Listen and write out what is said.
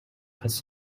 his